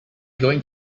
going